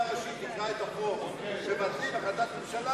"ם-תע"ל וקבוצת סיעת האיחוד הלאומי לסעיף 155 לא נתקבלה.